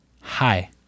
hi